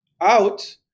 out